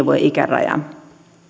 vuoden ikäraja